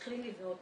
מתחילים לבנות,